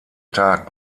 tag